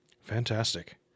Fantastic